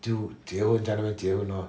就结婚这样就结婚 lor